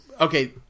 okay